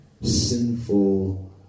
sinful